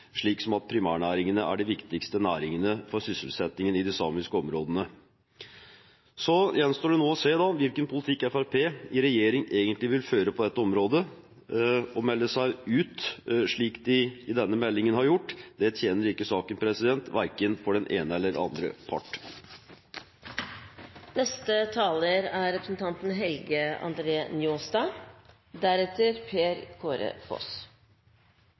slik som at primærnæringene er de viktigste næringene for sysselsettingen i de samiske områdene. Så gjenstår det nå å se hvilken politikk Fremskrittspartiet i regjering egentlig vil føre på dette området. Å melde seg ut, slik de i denne meldingen har gjort, tjener ikke saken, verken for den ene eller andre part. Denne meldinga er